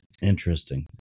Interesting